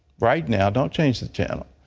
right now don't change the channel,